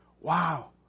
Wow